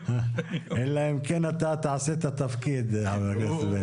אלא אם כן אתה תעשה את התפקיד ח"כ בגין.